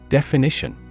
Definition